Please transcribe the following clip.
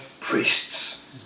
priests